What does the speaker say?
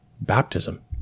Baptism